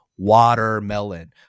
watermelon